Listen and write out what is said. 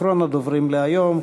אחרון הדוברים להיום,